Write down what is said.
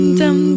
dum